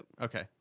Okay